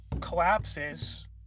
collapses